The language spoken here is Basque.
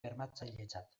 bermatzailetzat